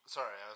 Sorry